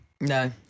No